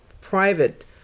private